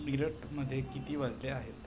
मिरठमध्ये किती वाजले आहेत